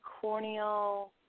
corneal